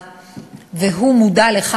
שהוא מנהל בית-החולים בנצרת,